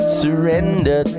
surrender